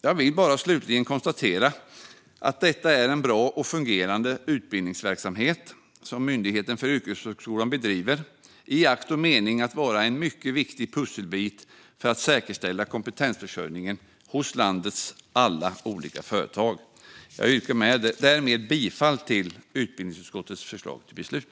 Jag vill bara slutligen konstatera att det är en bra och fungerande utbildningsverksamhet som Myndigheten för yrkeshögskolan bedriver i akt och mening att vara en viktig pusselbit för att säkerställa kompetensförsörjningen hos landets alla olika företag. Jag yrkar därmed bifall till utbildningsutskottets förslag till beslut.